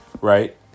right